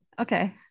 Okay